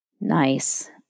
Nice